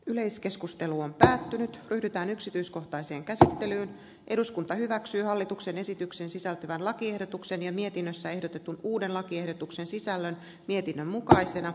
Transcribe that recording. yleiskeskustelu on päättynyt pyritään yksityiskohtaisen kesän jälkeen eduskunta hyväksyy hallituksen esitykseen sisältyvän pykälämuotoilua ja mietinnössä ehdotetun uuden lakiehdotuksen sisällön mietinnön mukaisena